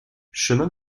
chemin